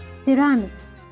ceramics